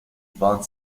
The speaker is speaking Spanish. bon